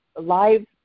live